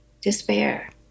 despair